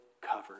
covered